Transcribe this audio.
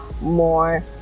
more